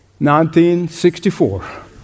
1964